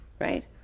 right